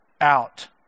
out